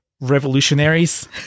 revolutionaries